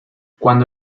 cuando